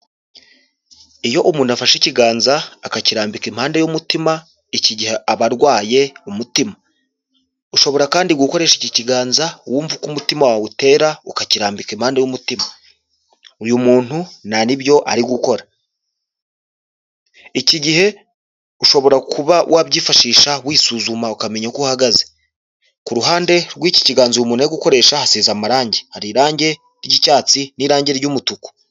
Iyo umuntu afashe ikiganza akakirambika impande y'umutima iki gihe abarwaye umutima, ushobora kandi gukoresha iki kiganza wumva uko umutima wawe utera ukakirambika impande y'umutima, uyu muntu ni byo ari gukora. Iki gihe ushobora kuba wabyifashisha wisuzuma ukamenya uko uhagaze, ku ruhande rw'iki kiganza hasize amarangi hari irangi ry'icyatsi n'irangi ry'umutuku.